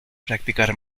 practicar